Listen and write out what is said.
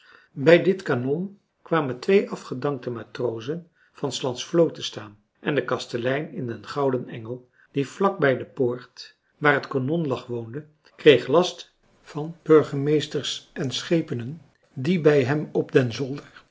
bij dit kanon kwamen twee afgedankte matrozen van s lands vloot te staan en de kastelein in den gouden engel die vlak bij de poort waar het kanon lag woonde kreeg last van burgemeesters en schepenen die bij hem op den zolder